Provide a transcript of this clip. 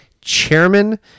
chairman